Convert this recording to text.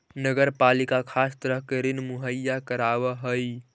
नगर पालिका खास तरह के ऋण मुहैया करावऽ हई